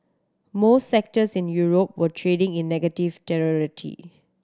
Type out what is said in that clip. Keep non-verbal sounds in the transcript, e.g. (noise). most sectors in Europe were trading in negative terror (unintelligible)